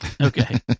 Okay